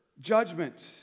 judgment